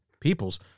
people's